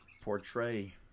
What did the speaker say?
portray